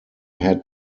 had